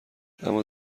اما